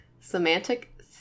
semantic